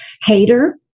hater